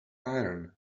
iron